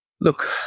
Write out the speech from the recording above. look